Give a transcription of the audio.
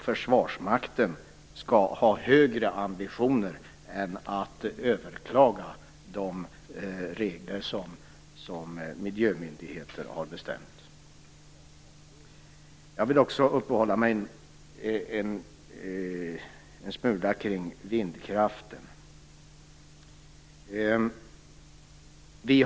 Försvarsmakten skall ha högre ambitioner än att överklaga de beslut som miljömyndigheter har fattat. Jag vill också uppehålla mig en smula kring vindkraften.